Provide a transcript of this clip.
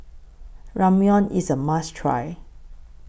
Ramyeon IS A must Try